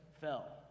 fell